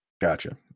Gotcha